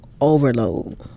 overload